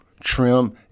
trim